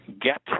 get